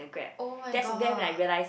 [oh]-my-god